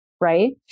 right